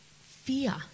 fear